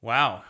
Wow